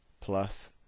plus